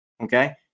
Okay